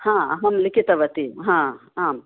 अहम् लिखितवती आम्